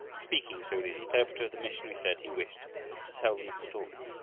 speaking through his interpreter, the missionary said he wished to tell them a story.